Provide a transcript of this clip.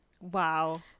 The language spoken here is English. wow